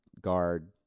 guard